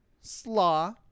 slaw